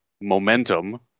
momentum